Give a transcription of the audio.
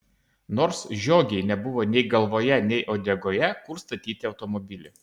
nors žiogei nebuvo nei galvoje nei uodegoje kur statyti automobilį